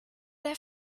der